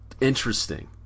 Interesting